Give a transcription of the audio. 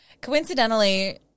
Coincidentally